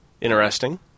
interesting